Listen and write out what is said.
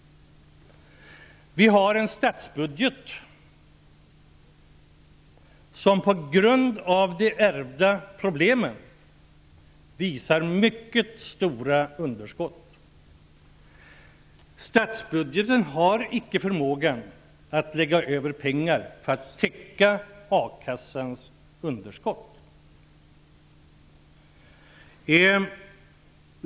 Vi har en statsbudget som på grund av de ärvda problemen visar mycket stora underskott. Statsbudgeten har ingen förmåga att lägga över pengar för att täcka a-kassornas underskott.